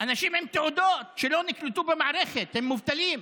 אנשים עם תעודות שלא נקלטו במערכת, הם מובטלים.